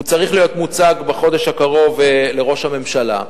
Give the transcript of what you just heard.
הם צריכים להיות מוצגים בחודש הקרוב לראש הממשלה.